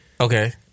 Okay